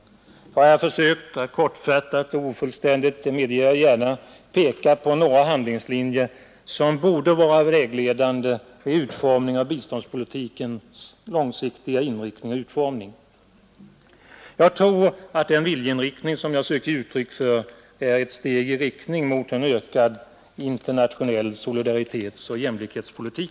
Jag har här försökt att — kortfattat och ofullständigt, det medger jag gärna — peka på några handlingslinjer som borde vara vägledande vid utformningen av biståndspolitikens långsiktiga inriktning. Jag tror att den viljeinriktning som jag sökt ge uttryck för är ett steg framåt mot en internationell solidaritetsoch jämlikhetspolitik.